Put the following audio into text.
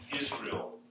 Israel